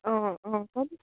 অঁ অঁ হ'ব